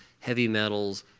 heavy metals,